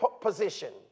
position